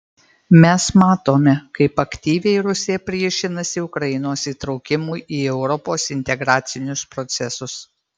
mes matome kaip aktyviai rusija priešinasi ukrainos įtraukimui į europos integracinius procesus